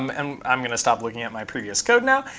um i'm going to stop looking at my previous code now.